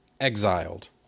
exiled